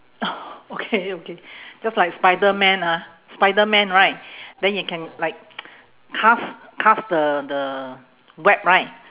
okay okay just like spiderman ah spiderman right then you can like cast cast the the web right